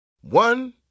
One